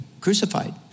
crucified